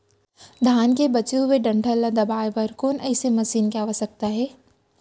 धान के बचे हुए डंठल ल दबाये बर कोन एसई मशीन के आवश्यकता हे?